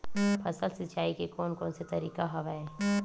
फसल सिंचाई के कोन कोन से तरीका हवय?